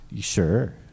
Sure